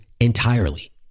entirely